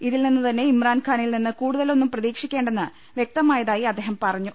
ഇതിൽ നിന്നു തന്നെ ഇമ്രാൻഖാനിൽ നിന്ന് കൂടുത ലൊന്നും പ്രതീക്ഷിക്കേണ്ടെന്ന് വ്യക്തമായതായി അദ്ദേഹം പറ ഞ്ഞു